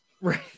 right